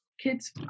kids